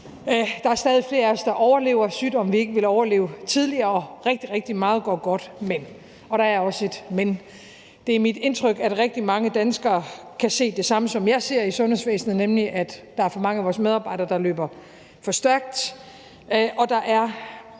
der er stadig flere af os, der overlever sygdomme, vi ikke ville have overlevet tidligere; og rigtig, rigtig meget går godt. Men – og der er også et men – det er mit indtryk, at rigtig mange danskere kan se det samme, som jeg ser i sundhedsvæsenet, nemlig at der er for mange af vores medarbejdere, der løber for stærkt, og at der